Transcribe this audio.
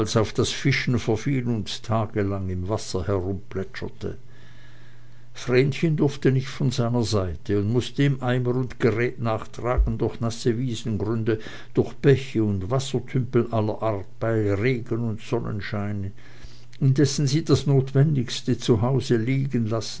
auf das fischen verfiel und tagelang im wasser herumplätscherte vrenchen durfte nicht von seiner seite und mußte ihm eimer und gerät nachtragen durch nasse wiesengründe durch bäche und wassertümpel allerart bei regen und sonnenschein indessen sie das notwendigste zu hause liegenlassen